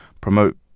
promote